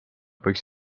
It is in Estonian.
võiks